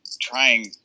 trying